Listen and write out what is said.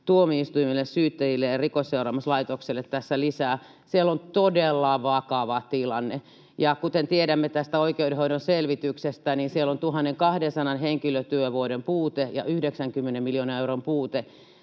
tuomioistuimille, syyttäjille ja Rikosseuraamuslaitokselle tässä lisää. Siellä on todella vakava tilanne. Kuten tiedämme oikeudenhoidon selvityksestä, siellä on 1 200 henkilötyövuoden puute ja 90 miljoonan euron puute,